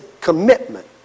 commitment